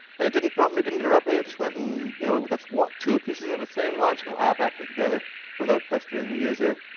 and it didn't prompt me, didn't interrupt me, it just went, and you know but that's two pieces of the same logical app acting together without pestering the user.